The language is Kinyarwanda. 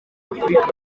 afurika